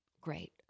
great